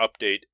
update